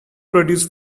produce